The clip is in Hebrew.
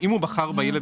אם הוא בחר בילד